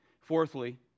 Fourthly